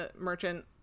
merchant